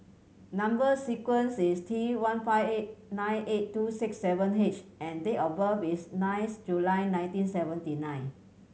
number sequence is T one five eight nine eight two six seven H and date of birth is ninth July nineteen seventy nine